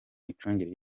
micungire